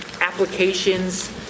applications